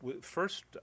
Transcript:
first